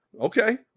okay